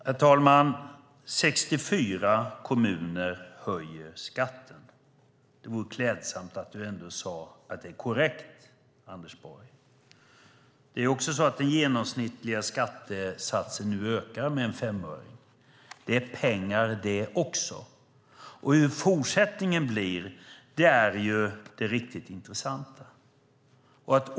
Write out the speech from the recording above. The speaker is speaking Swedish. Herr talman! 64 kommuner höjer skatten. Det vore klädsamt om du ändå sade att det är korrekt, Anders Borg. Den genomsnittliga skattesatsen ökar nu med en femöring. Det är pengar det också. Hur fortsättningen blir är det riktigt intressanta.